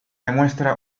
demuestra